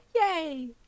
Yay